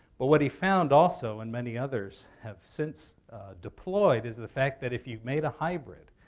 but what he found also and many others have since deployed is the fact that if you've made a hybrid,